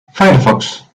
firefox